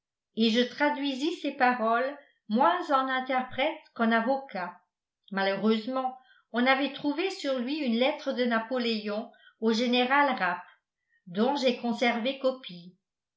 et je traduisis ses paroles moins en interprète qu'en avocat malheureusement on avait trouvé sur lui une lettre de napoléon au général rapp dont j'ai conservé copie